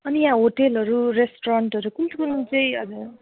अनि यहाँ होटेलहरू रेस्टुरेन्टहरू कुन कुन चाहिँ हजुर